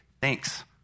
thanks